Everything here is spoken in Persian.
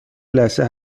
لثه